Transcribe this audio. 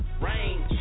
range